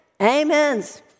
amens